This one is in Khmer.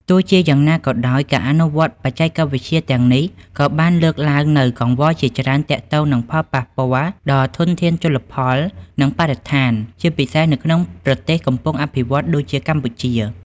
ទោះជាយ៉ាងណាក៏ដោយ ការអនុវត្តបច្ចេកវិទ្យាទាំងនេះក៏បានលើកឡើងនូវកង្វល់ជាច្រើនទាក់ទងនឹងផលប៉ះពាល់ដល់ធនធានជលផល និងបរិស្ថាន ជាពិសេសនៅក្នុងប្រទេសកំពុងអភិវឌ្ឍន៍ដូចជាកម្ពុជា។